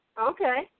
Okay